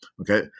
okay